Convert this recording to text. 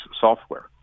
software